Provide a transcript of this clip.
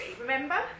remember